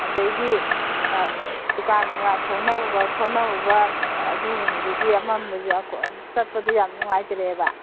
ꯑꯗꯩꯗꯤ ꯗꯨꯀꯥꯟ ꯅꯨꯡꯀꯥꯟ ꯊꯣꯛꯅꯔꯨꯕ ꯈꯣꯠꯅꯔꯨꯕ ꯑꯗꯨꯒꯨꯝꯕꯗꯨꯗꯤ ꯑꯃꯝꯕꯗ ꯆꯠꯄꯗ ꯌꯥꯝ ꯅꯨꯡꯉꯥꯏꯇꯔꯦꯕ